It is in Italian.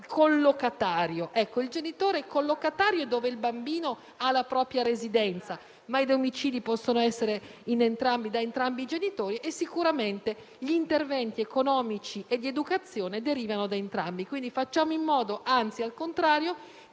Il genitore collocatario è quello dove il bambino ha la propria residenza, ma i domicili possono essere da entrambi i genitori e sicuramente gli interventi economici e di educazione derivano da entrambi. Pertanto facciamo in modo che questo